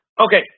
Okay